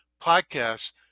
podcasts